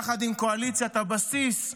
יחד עם קואליציית הבסיס,